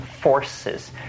forces